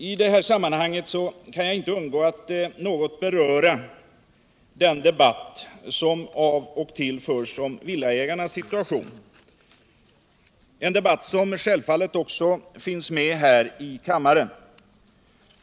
I detta sammanhang kan jag inte underlåta att något beröra den debatt som då och då förs om villaägarnas situation, en debatt som självfallet också förs här i kammaren.